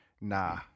Nah